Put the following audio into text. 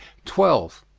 twelve.